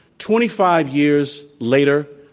twenty five years later,